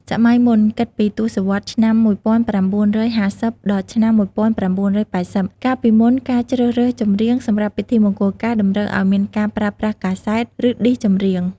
សម័យមុន គិតពី ទសវត្សរ៍ឆ្នាំ ១៩៥០ ដល់ឆ្នាំ ១៩៨០ កាលពីមុន ការជ្រើសរើសចម្រៀងសម្រាប់ពិធីអាពាហ៍ពិពាហ៍តម្រូវឱ្យមានការប្រើប្រាស់កាសែត ឬឌីសចម្រៀង ។